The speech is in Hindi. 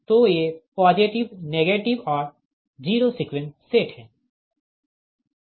तो ये पॉजिटिव नेगेटिव और जीरो सीक्वेंस सेट है